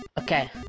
Okay